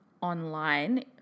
online